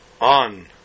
on